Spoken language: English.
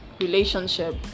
relationship